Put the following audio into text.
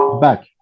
Back